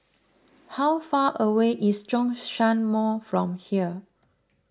how far away is Zhongshan Mall from here